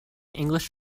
english